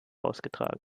ausgetragen